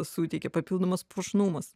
suteikia papildomas puošnumas